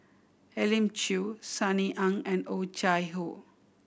Elim Chew Sunny Ang and Oh Chai Hoo